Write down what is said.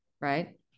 right